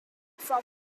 from